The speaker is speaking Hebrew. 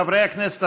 חברי הכנסת,